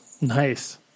Nice